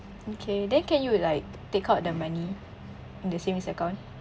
okay then can you like take out the money in the savings account